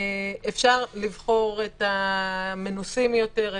אפשר לבחור את המנוסים יותר,